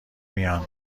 میان